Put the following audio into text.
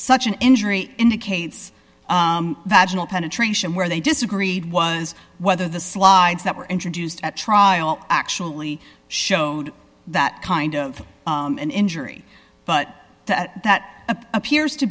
such an injury indicates that penetration where they disagreed was whether the slides that were introduced at trial actually showed that kind of an injury but that appears to